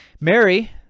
mary